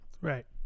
Right